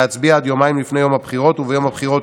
להצביע עד יומיים לפני יום הבחירות וביום הבחירות